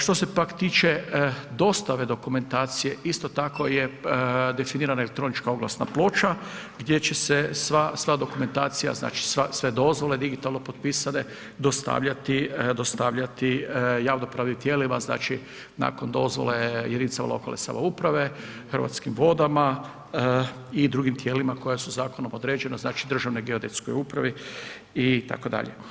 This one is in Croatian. Što se pak tiče dostave dokumentacije isto tako je definirana elektronička oglasna ploča gdje će se sva dokumentacija, znači sve dozvole digitalno potpisane dostavljati javno pravnim tijelima, znači nakon dozvole jedinicama lokalne samouprave, Hrvatskim vodama i drugim tijelima koja su zakonom određena, znači Državnoj geodetskoj upravi itd.